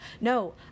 no